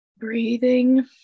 Breathing